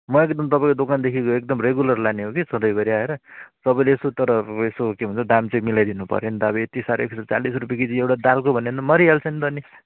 मैले तपाईँको दोकानदेखिको एकदम रेगुलर लाने हो कि सधैँभरि आएर तपाईँले यसो तर यसो के भन्छ दाम चाहिँ मिलाइदिनु पऱ्यो नि त अब यति साह्रो एक सय चालिस रुप्पे केजी एउटा दालको भन्यो भने त मरिहाल्छ नि त अनि